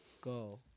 Go